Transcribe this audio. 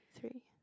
Three